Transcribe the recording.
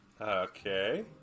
Okay